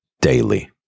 daily